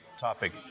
topic